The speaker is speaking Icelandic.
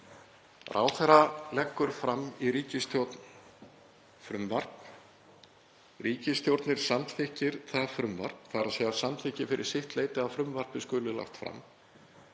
Ráðherra leggur fram í ríkisstjórn frumvarp. Ríkisstjórnin samþykkir það frumvarp, þ.e. samþykki fyrir sitt leyti að frumvarpið skuli lagt fram.